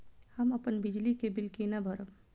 हम अपन बिजली के बिल केना भरब?